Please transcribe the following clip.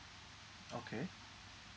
okay